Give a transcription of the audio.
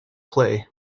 play